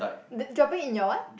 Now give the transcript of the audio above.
the dropping in your what